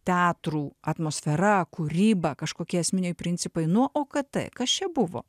teatrų atmosfera kūryba kažkokie esminiai principai nuo okt kas čia buvo